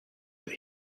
that